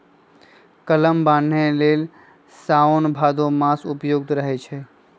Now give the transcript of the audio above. कलम बान्हे लेल साओन भादो मास उपयुक्त रहै छै